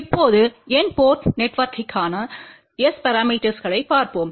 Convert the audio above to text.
இப்போது என் போர்ட் நெட்வொர்க்கிற்கான S பரமீட்டர்ஸ்களைப் பார்ப்போம்